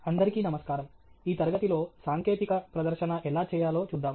అందరికీ నమస్కారం ఈ తరగతిలో సాంకేతిక ప్రదర్శన ఎలా చేయాలో చూద్దాం